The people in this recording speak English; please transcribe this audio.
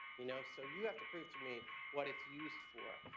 you know, so you have to prove to me what it's used for.